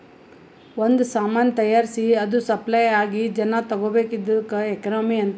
ಒಂದ್ ಸಾಮಾನ್ ತೈಯಾರ್ಸಿ ಅದು ಸಪ್ಲೈ ಆಗಿ ಜನಾ ತಗೋಬೇಕ್ ಇದ್ದುಕ್ ಎಕನಾಮಿ ಅಂತಾರ್